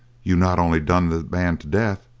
you not only done the man to death,